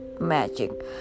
magic